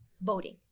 voting